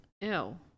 Ew